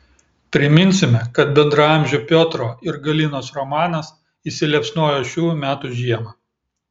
priminsime kad bendraamžių piotro ir galinos romanas įsiliepsnojo šių metų žiemą